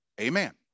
Amen